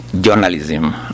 journalism